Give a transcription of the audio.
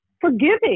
forgiving